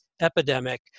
epidemic